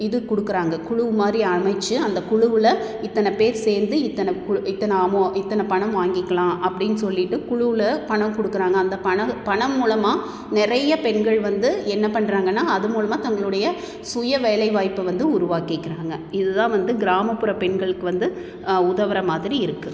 இது கொடுக்குறாங்க குழு மாதிரி அமைத்து அந்த குழுவுல இத்தனை பேர் சேர்ந்து இத்தனை குழு இத்தனை அமௌ இத்தனை பணம் வாங்கிக்கலாம் அப்படின்னு சொல்லிவிட்டு குழுவுல பணம் கொடுக்குறாங்க அந்த பணம் பணம் மூலமாக நிறைய பெண்கள் வந்து என்ன பண்ணுறாங்கன்னா அது மூலமாக தங்களுடைய சுய வேலைவாய்ப்பை வந்து உருவாக்கிக்கிறாங்க இது தான் வந்து கிராமப்புற பெண்களுக்கு வந்து உதவுகிற மாதிரி இருக்குது